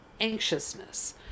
anxiousness